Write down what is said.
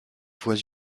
voies